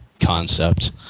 concept